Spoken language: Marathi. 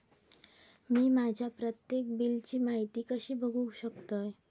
मी माझ्या प्रत्येक बिलची माहिती कशी बघू शकतय?